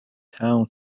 town